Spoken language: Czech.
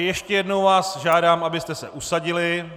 Ještě jednou vás žádám, abyste se usadili.